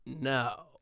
no